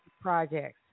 projects